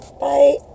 Bye